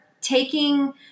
taking